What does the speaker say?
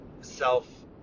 self